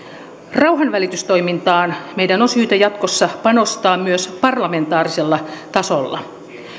rauhanvälitystoimintaan meidän on syytä jatkossa panostaa myös parlamentaarisella tasolla